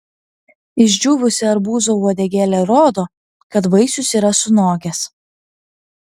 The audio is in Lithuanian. išdžiūvusi arbūzo uodegėlė rodo kad vaisius yra sunokęs